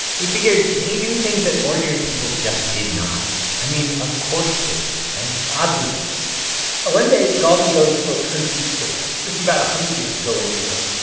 he figured they knew things that ordinary people just did not. i mean, of course they did, right? obviously one day, galton goes to a country fair. this was about a hundred years ago in england.